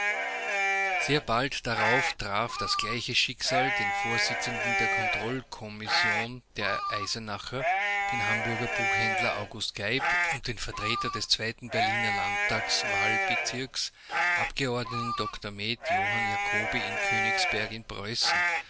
sehr bald darauf traf das gleiche schicksal den vorsitzenden der kontrollkommission der eisenacher den hamburger buchhändler august geib und den vertreter des zweiten berliner landtagswahlbezirks abgeordneten dr med johann jacoby in königsberg in preußen